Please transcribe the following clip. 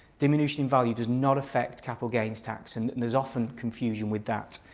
diminution in value does not affect capital gains tax and and there's often confusion with that.